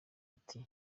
ati